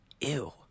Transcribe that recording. ew